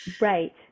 Right